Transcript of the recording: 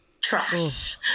Trash